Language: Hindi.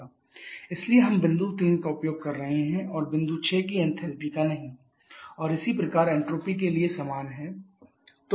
इसलिए हम बिंदु 3 का उपयोग कर रहे हैं और बिंदु 6 की एंथैल्पी का नहीं और इसी प्रकार एंट्रोपी के लिए समान है